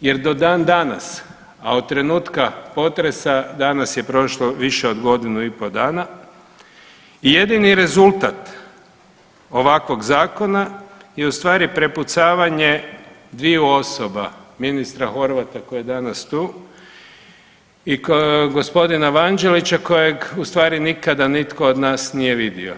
jer do dan danas, a od trenutka potresa danas je prošlo više od godinu i po' dana i jedini rezultat ovakvog zakona je ustvari prepucavanje dviju osoba, ministra Horvata koji je danas tu i g. Vanđelića kojeg ustvari nikada nitko od nas nije vidio.